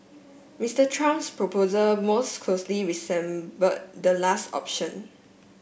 Mister Trump's proposal most closely resemble the last option